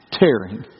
tearing